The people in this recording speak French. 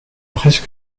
presque